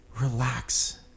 relax